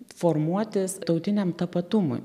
formuotis tautiniam tapatumui